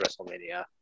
WrestleMania